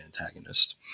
antagonist